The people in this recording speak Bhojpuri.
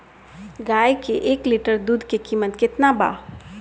गाय के एक लिटर दूध के कीमत केतना बा?